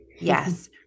yes